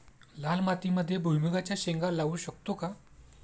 लाल मातीमध्ये भुईमुगाच्या शेंगा लावू शकतो का?